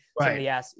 right